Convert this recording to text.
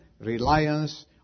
reliance